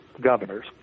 governors